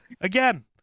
again